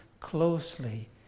closely